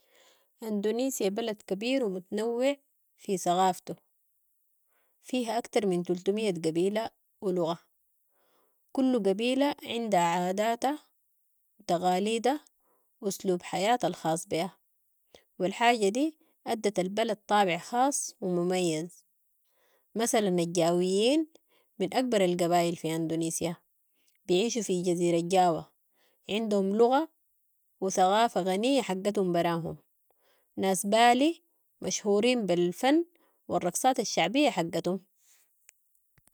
اندونيسيا بلد كبير و متنوع في ثقافته، فيها اكتر من تلتمية قبيلة و لغة، كل قبيلة عندها عاداتها و تقاليدها و اسلوب حياتها الخاص بيها و الحاجة دي ادت البلد طابع خاص و مميز، مثلا الجاويين من اكبر القبايل في اندونيسيا، بيعيشوا في جزيرة جاوة، عندهم لغة و ثقافة غنية حقتهم براهم، ناس بالي مشهوريين بالفن و الرقصات الشعبية حقتهم.